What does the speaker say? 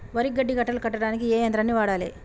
వరి గడ్డి కట్టలు కట్టడానికి ఏ యంత్రాన్ని వాడాలే?